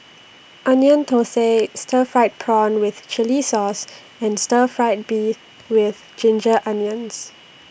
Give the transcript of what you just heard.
Onion Thosai Stir Fried Prawn with Chili Sauce and Stir Fry Beef with Ginger Onions